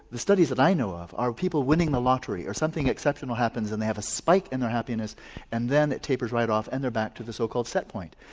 the studies that i know of are people winning the lottery or something exceptional happens and they have a spike in their happiness and then it tapers right off and they are back to the so called set point.